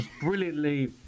brilliantly